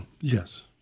Yes